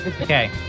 Okay